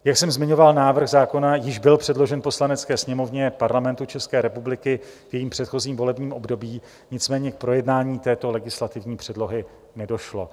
Jak jsem zmiňoval, návrh zákona již byl předložen Poslanecké sněmovně Parlamentu České republiky v jejím předchozím volebním období, nicméně k projednání této legislativní předlohy nedošlo.